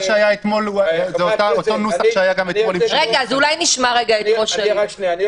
זה אותו נוסח שהיה גם אתמול --- אני יושב פה